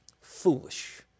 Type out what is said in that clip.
foolish